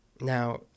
Now